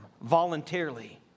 voluntarily